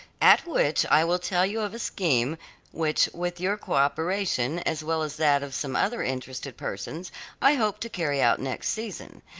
at which i will tell you of a scheme which with your cooperation as well as that of some other interested persons i hope to carry out next season.